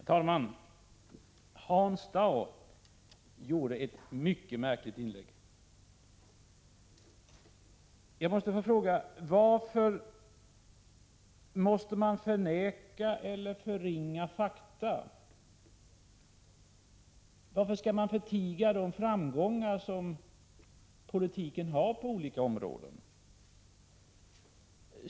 Herr talman! Hans Dau gjorde ett mycket märkligt inlägg. Jag måste få fråga: Varför måste man förneka eller förringa fakta? Varför skall man förtiga de framgångar som politiken har på olika områden?